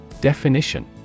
Definition